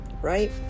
right